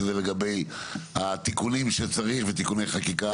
שזה לגבי התיקונים שצריך ותיקוני חקיקה.